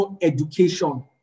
education